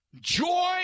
joy